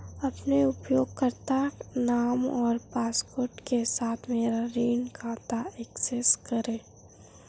अपने उपयोगकर्ता नाम और पासवर्ड के साथ मेरा ऋण खाता एक्सेस करें